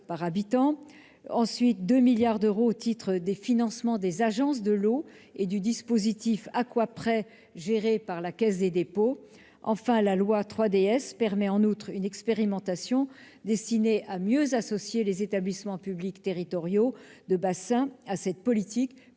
Ensuite, 2 milliards d'euros sont disponibles au titre des financements des agences de l'eau et du dispositif Aqua Prêt, géré par la Caisse des dépôts. Enfin, la loi 3DS rend possible une expérimentation destinée à mieux associer les établissements publics territoriaux de bassin à cette politique